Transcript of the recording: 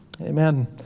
Amen